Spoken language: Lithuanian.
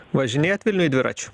važinėjat vilniuj dviračiu